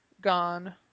Gone